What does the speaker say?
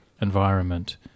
environment